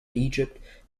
egypt